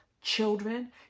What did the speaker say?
children